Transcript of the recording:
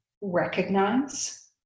recognize